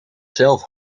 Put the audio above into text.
zelf